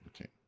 Okay